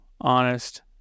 honest